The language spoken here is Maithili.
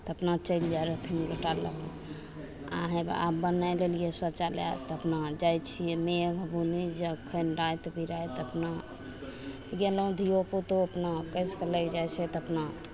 तऽ अपना चलि जाइ रहथिन लोटा लए कऽ आओर हेबए आब बनाय लेलियै शौचालय तऽ अपना जाइ छियै मेघ बुन्नी जखन राति बिराति अपना गेलहुँ धियोपूतो अपना कसिकऽ लागि जाइ छै तऽ अपना